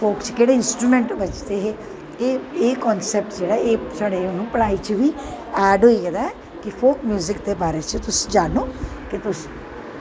ते उत्त च केह्ड़े इंस्टुमैंट बज्जदे हे ते एह् कनसैप्ट जेह्ड़ा हून साढ़ी पढ़ाई च बी ऐड़ होई गेदा ऐ फोक म्युजिक दे बारे च तुस जानो तुस